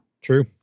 True